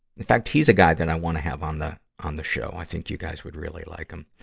in fact, he's a guy that i wanna have on the, on the show. i think you guys would really like him.